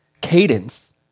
cadence